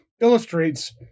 illustrates